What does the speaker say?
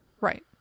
Right